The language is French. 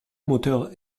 moteurs